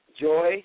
Joy